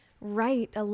right